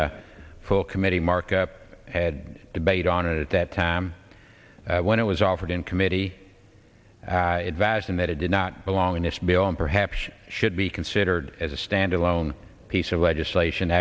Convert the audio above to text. in full committee markup and debate on it at that time when it was offered in committee advising that it did not belong in this bill and perhaps should be considered as a standalone piece of legislation